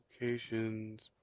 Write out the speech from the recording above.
locations